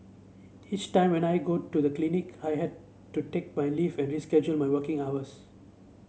each time when I go to the clinic I had to take my leave and reschedule my working hours